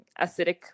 acidic